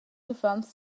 uffants